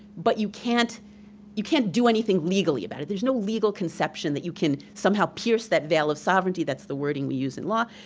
but you can't you can't do anything legally about it. there's no legal conception that you can somehow pierce that veil of sovereignty, that's the wording we use in law,